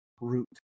root